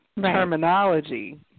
terminology